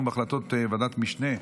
בהחלטות ועדות משנה),